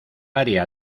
área